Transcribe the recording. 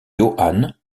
johann